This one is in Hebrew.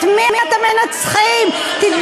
את הטרור.